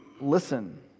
listen